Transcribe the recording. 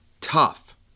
Tough